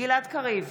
גלעד קריב,